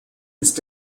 ist